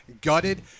gutted